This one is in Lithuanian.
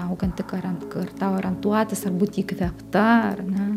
auganti karen karta orientuotis ar būti įkvėpta ar ne